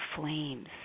flames